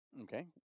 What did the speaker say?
Okay